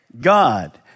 God